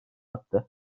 attı